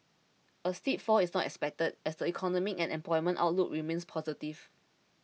a steep fall is not expected as the economic and employment outlook remains positive